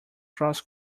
cross